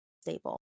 stable